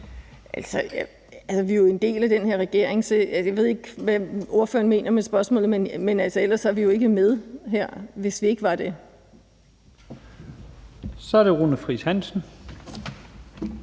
Vi er jo en del af den her regering, så jeg ved ikke, hvad ordføreren mener med spørgsmålet. Ellers var vi jo ikke med her, hvis vi ikke var det. Kl. 23:06 Første